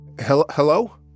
hello